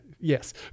yes